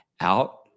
out